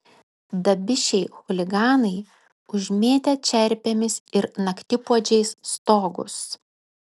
dabišiai chuliganai užmėtę čerpėmis ir naktipuodžiais stogus